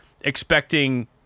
expecting